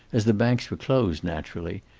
as the banks were closed, naturally.